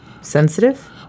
sensitive